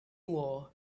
war